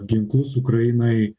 ginklus ukrainai